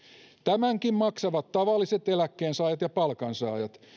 tämänkin maksavat tavalliset eläkkeensaajat ja palkansaajat